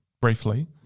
briefly